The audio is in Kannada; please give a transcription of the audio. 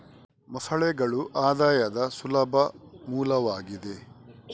ಮೊಸಳೆಗಳು ಆದಾಯದ ಸುಲಭ ಮೂಲವಾಗಿದೆ